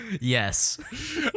Yes